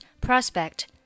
prospect